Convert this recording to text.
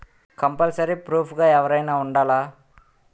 Compulsory proof గా ఎవరైనా ఉండాలా?